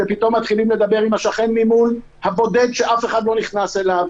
שפתאום מתחילים לדבר עם השכן הבודד ממול שאף אחד לא נכנס אליו,